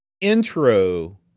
intro